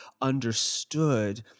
understood